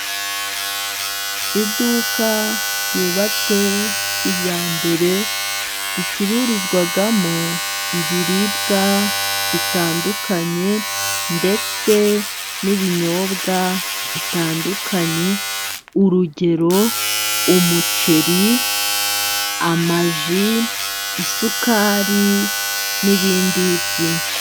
Iduka ryubatswe kijyambere, ricururizwamo ibiribwa bitandukanye ndetse n'ibinyobwa bitandukanye urugero: umuceri, amaji, isukari n'ibindi byinshi.